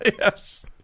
Yes